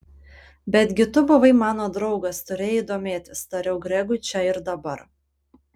betgi tu buvai mano draugas turėjai domėtis tariau gregui čia ir dabar